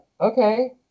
Okay